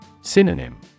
Synonym